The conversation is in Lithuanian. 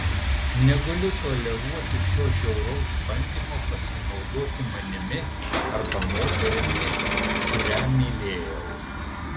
negaliu toleruoti šio žiauraus bandymo pasinaudoti manimi arba moterimi kurią mylėjau